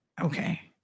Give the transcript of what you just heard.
okay